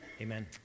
Amen